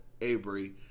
Avery